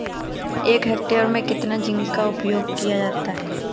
एक हेक्टेयर में कितना जिंक का उपयोग किया जाता है?